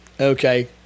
Okay